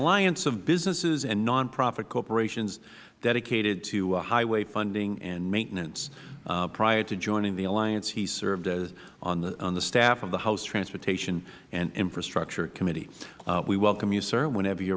alliance of businesses and nonprofit corporations dedicated to highway funding and maintenance prior to joining the alliance he served on the staff of the house transportation and infrastructure committee we welcome you sir whenever you